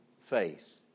faith